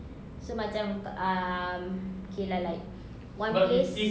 so macam um K lah like one place